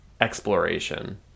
exploration